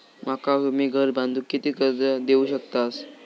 माका तुम्ही घर बांधूक किती कर्ज देवू शकतास?